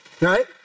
Right